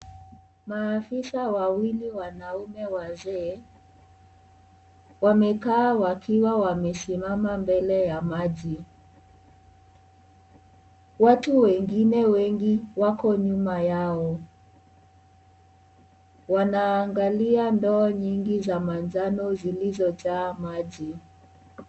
Maaafisa wawili wanaume wazee wamekaa wakiwa wamesimama mbele ya maji. Watu wengine wengi wako nyuma yao. Wanaangalia ndoo nyingi za manjano zilizojaa maji.